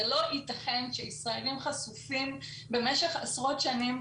זה לא ייתכן שישראלים חשופים במשך עשרות שנים